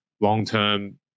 long-term